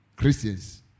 Christians